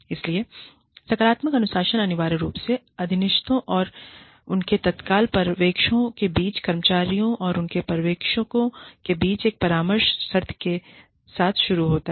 इसलिए सकारात्मक अनुशासन अनिवार्य रूप से अधीनस्थों और उनके तत्काल पर्यवेक्षकों के बीच कर्मचारियों और उनके पर्यवेक्षकों के बीच एक परामर्श सत्र के साथ शुरू होता है